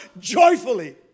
joyfully